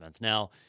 Now